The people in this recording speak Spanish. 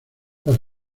por